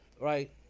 right